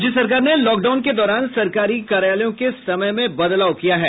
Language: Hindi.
राज्य सरकार ने लॉक डाउन के दौरान सरकारी कार्यालयों के समय में बदलाव किया है